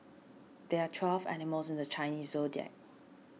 there are twelve animals in the Chinese zodiac